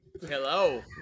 Hello